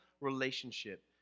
relationship